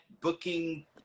booking